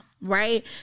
right